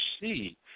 see